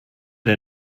der